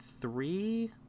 three